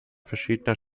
verschiedener